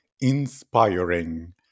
inspiring